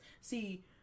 See